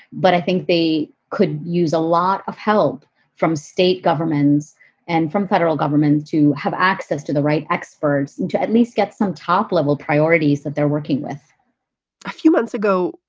but i think they could use a lot of help from state governments and from federal governments to have access to the right experts and to at least get some top level priorities that they're working with a few months ago,